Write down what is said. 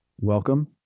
welcome